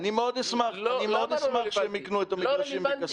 אני מאוד אשמח שהם יקנו את המגרשים מכספם.